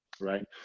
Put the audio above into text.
right